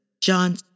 John